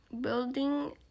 Building